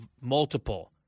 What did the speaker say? multiple